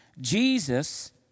Jesus